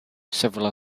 several